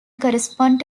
correspond